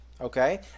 Okay